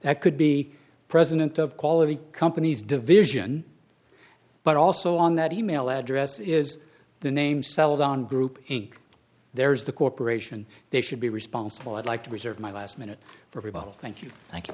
that could be president of quality companies division but also on that e mail address is the name celadon group inc there's the corporation they should be responsible i'd like to reserve my last minute for evolve thank you thank you